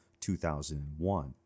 2001